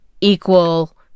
equal